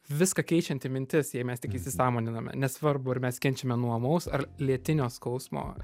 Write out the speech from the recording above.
viską keičianti mintis jei mes tik įsisąmoniname nesvarbu ar mes kenčiame nuo ūmaus ar lėtinio skausmo